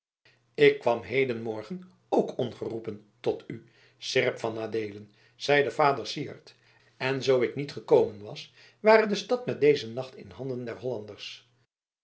ik kwam hedenmorgen ook ongeroepen tot u seerp van adeelen zeide vader syard en zoo ik niet gekomen was ware de stad met dezen nacht in handen der hollanders